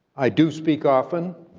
i do speak often,